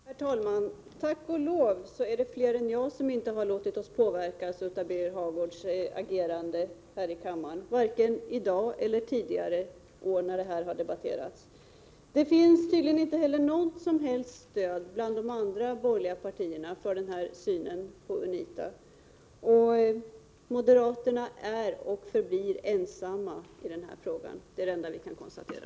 Herr talman! Tack och lov är det fler än jag som inte låtit sig påverkas av Birger Hagårds agerande här i kammaren, vare sig i dag eller tidigare år när denna sak har debatterats. Det finns tydligen inte något som helst stöd bland de andra borgerliga partierna för den här synen på UNITA. Moderaterna är och förblir ensamma i den här frågan — det kan jag konstatera.